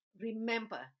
Remember